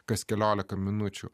kas keliolika minučių